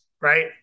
right